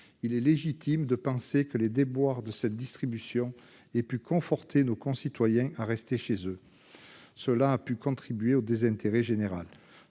Il est légitime de penser que les déboires de cette distribution ont pu conforter nos concitoyens dans leur décision de rester chez eux. Cela a pu contribuer au désintérêt général